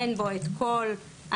אין בו את כל האנשים.